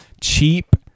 cheap